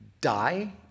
die